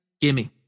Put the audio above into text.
gimme